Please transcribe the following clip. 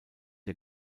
der